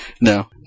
No